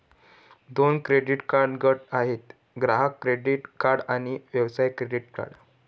दोन credit card गट आहेत, ग्राहक क्रेडिट कार्ड आणि व्यवसाय क्रेडिट कार्ड